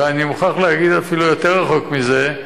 ואני מוכרח להגיד אפילו יותר רחוק מזה,